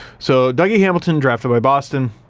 so, dougie hamilton, drafted by boston.